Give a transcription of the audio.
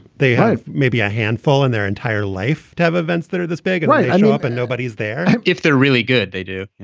they hope maybe a handful in their entire life to have events that are this big and i you know up and nobody's there if they're really good they do.